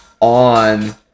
on